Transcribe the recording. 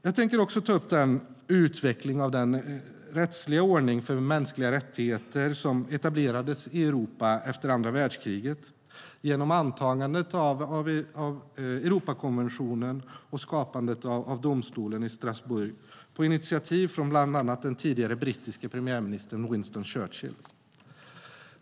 Jag tänker också ta upp utvecklingen av den rättsliga ordning för mänskliga rättigheter som etablerades i Europa efter andra världskriget genom antagandet av Europakonventionen och skapandet av domstolen i Strasbourg, på initiativ av bland annat den tidigare brittiske premiärministern Winston Churchill.